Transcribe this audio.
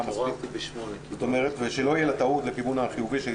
מספיק ושלא תהיה בה טעות לכיוון החיובי.